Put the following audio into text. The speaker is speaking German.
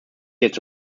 jetzt